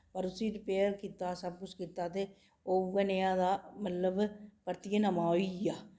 पर उसी रिपेयर कीता सब किश कीता ते ओह् उ'यै नेहा दा मतलब परतियै नमां होई गेआ